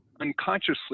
unconsciously